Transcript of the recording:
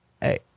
Hey